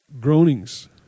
groanings